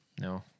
no